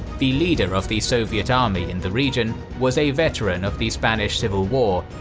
the leader of the soviet army in the region was a veteran of the spanish civil war,